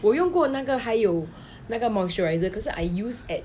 我用过那个还有那个 moisturizer 可是 I use at